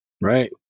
Right